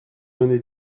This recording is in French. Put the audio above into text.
années